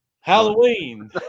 Halloween